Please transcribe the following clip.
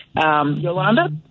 Yolanda